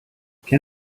can